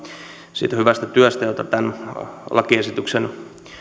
siitä hyvästä työstä jota tämän lakiesityksen